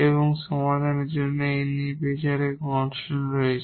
এবং এই সমাধানটিতে 𝑛 নির্বিচারে কনস্ট্যান্ট রয়েছে